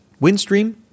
Windstream